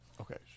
Okay